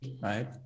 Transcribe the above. right